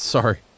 Sorry